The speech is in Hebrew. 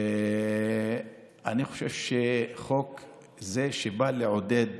אני חושב שחוק זה, שבא לעודד